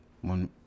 one